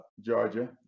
Georgia